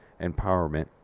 empowerment